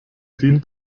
dient